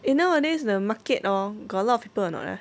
eh nowadays the market oh got a lot of people or not ah